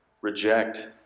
reject